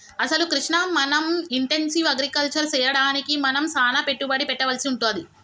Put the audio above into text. అసలు కృష్ణ మనం intensive agriculture సెయ్యడానికి మనం సానా పెట్టుబడి పెట్టవలసి వుంటది